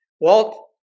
Walt